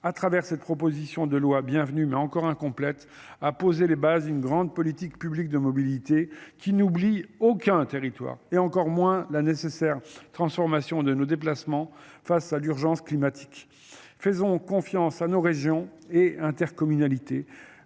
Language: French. à travers cette proposition de loi bienvenue mais encore incomplète a posé les bases d'une grande politique publique de mobilité qui n'oublient aucun territoire et encore moins, la nécessaire transformation de nos déplacements face à l'urgence climatique, faisons confiance à nos régions et à intercommunalités.